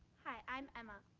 hi, i'm emma.